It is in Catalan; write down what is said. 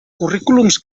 currículums